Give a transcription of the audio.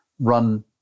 run